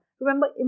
remember